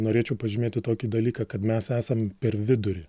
norėčiau pažymėti tokį dalyką kad mes esam per vidurį